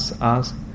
ask